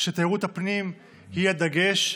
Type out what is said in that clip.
כשתיירות הפנים היא הדגש.